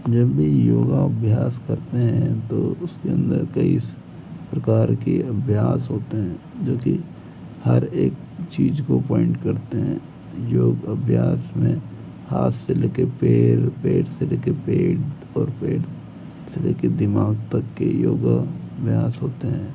जब भी योगाभ्यास करते हैं तो उसके अंदर कई प्रकार के अभ्यास होते हैं जो कि हर एक चीज़ को पॉइंट करते हैं योग अभ्यास में हाथ से लेकर पैर पैर से लेकर पेट और पेट से लेकर दिमाग तक के योगाभ्यास होते हैं